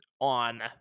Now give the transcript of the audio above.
on